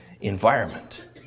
environment